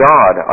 God